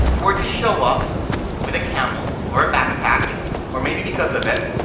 were to show up with a camel or a backpack or maybe because of it,